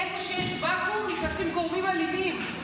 איפה שיש ואקום נכנסים גורמים אלימים,